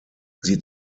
sie